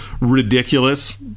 ridiculous